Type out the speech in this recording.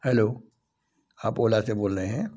hello आप ओला से बोल रहे हैं